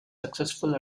successful